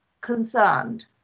concerned